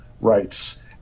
rights